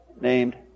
named